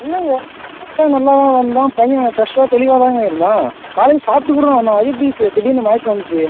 இல்லைங்க நல்லா தான் வந்தான் பையன் ஃப்ரெஷ்ஷாக தெளிவாக தாங்க இருந்தான் காலையில் சாப்பிட்டு கூட தான் வந்தான் அது எப்படி சு திடீர்னு மயக்கம் வந்துச்சு